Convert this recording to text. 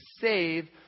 save